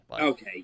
Okay